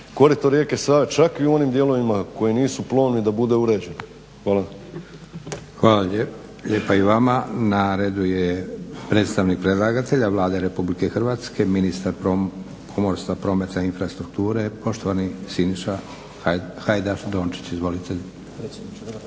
korito rijeke Save čak i u onim dijelovima koji nisu plovni da budu uređen. Hvala. **Leko, Josip (SDP)** Hvala lijepa i vama. Na redu je predstavnik predlagatelja Vlade RH ministar pomorstva, prometa i infrastrukture poštovani Siniša Hajdaš Dončić.